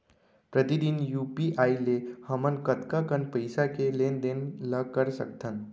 प्रतिदन यू.पी.आई ले हमन कतका कन पइसा के लेन देन ल कर सकथन?